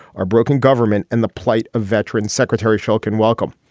our broken government and the plight of veterans. secretary shawkan, welcome.